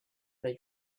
they